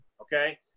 Okay